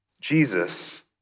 Jesus